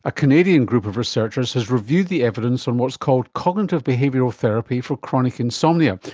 a canadian group of researchers has reviewed the evidence on what's called cognitive behavioural therapy for chronic insomnia,